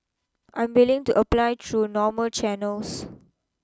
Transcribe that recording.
I'm willing to apply true normal channels